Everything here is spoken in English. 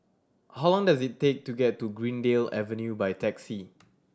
how long does it take to get to Greendale Avenue by taxi